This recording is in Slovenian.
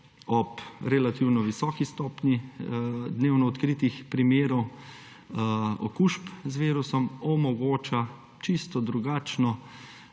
ob relativno visoki stopnji dnevno odkritih primerov okužb z virusom omogoča čisto drugačno